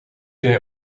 jij